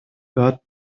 hört